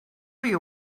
you